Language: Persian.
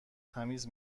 تمیز